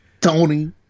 Tony